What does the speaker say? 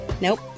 Nope